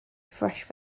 fresh